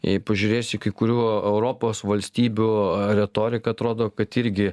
jei pažiūrėsi kai kurių europos valstybių retoriką atrodo kad irgi